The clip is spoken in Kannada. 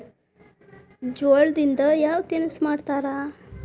ಜೋಳದಿಂದ ಯಾವ ತಿನಸು ಮಾಡತಾರ?